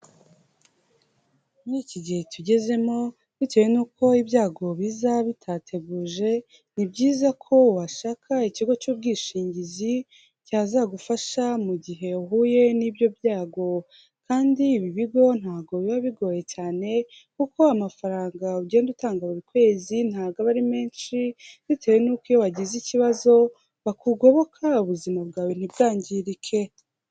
Muri iki gihe tugezemo bitewe n'uko ibyago biza bitateguje ni byiza ko washaka ikigo cy'ubwishingizi cyazagufasha mu gihe uhuye n'ibyo byago. Kandi ibi bigo ntabwo biba bigoye cyane, kuko amafaranga ugenda utanga buri kwezi ntabwo ari menshi bitewe n'uko iyo wagize ikibazo bakugoboka ubuzima bwawe ntibwangirike.